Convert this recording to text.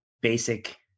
basic